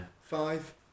five